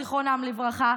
זיכרונם לברכה,